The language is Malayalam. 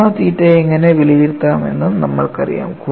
സിഗ്മ തീറ്റയെ എങ്ങനെ വിലയിരുത്താമെന്നും നമ്മൾക്കറിയാം